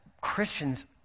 Christians